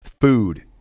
food